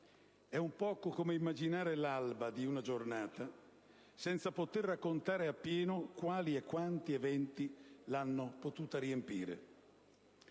è un po' come immaginare l'alba di una giornata senza poter raccontare appieno quali e quanti eventi l'hanno potuta riempire.